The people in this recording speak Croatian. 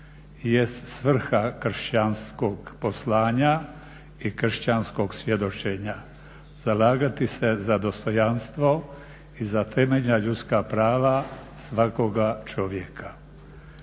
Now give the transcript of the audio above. jest svrha kršćanskog poslanja i kršćanskog svjedočenja. Zalagati se za dostojanstvo i za temeljna ljudska prava svakoga čovjeka.